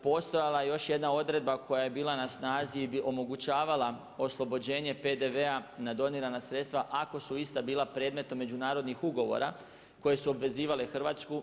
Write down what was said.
Postojala je još jedna odredba koja je bila na snazi, omogućavala oslobođenje PDV-a na donirana sredstva ako su ista bila predmetom međunarodnih ugovora koje su obvezivale Hrvatsku.